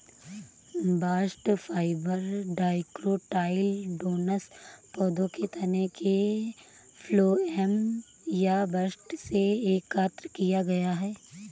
bast fibre dicotyledonous पौधों के तने के फ्लोएम या बस्ट से एकत्र किया गया है